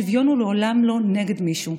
שוויון הוא לעולם לא נגד מישהו,